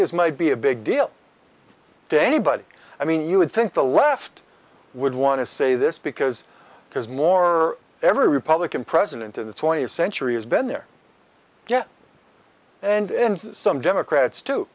this might be a big deal to anybody i mean you would think the left would want to say this because because more every republican president in the twentieth century has been there yet and some democrats too